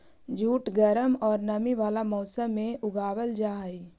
jute गर्म औउर नमी वाला मौसम में उगावल जा हई